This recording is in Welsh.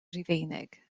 rufeinig